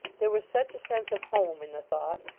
there was such a sense of home in the thought,